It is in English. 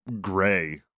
gray